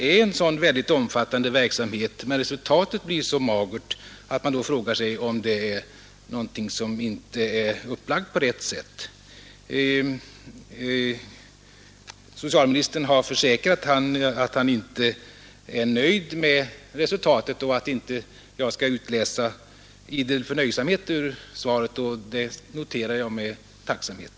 Mot bakgrunden av den omfattande verksamhet som bedrivs är det väl då ganska rimligt att man frågar sig om det är något som inte är upplagt på rätt sätt när resultatet blir så magert. Socialministern har försäkrat att han inte är nöjd med resultatet och att jag inte skall utläsa idel förnöjsamhet ur svaret, och det noterar jag med tacksamhet.